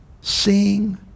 Seeing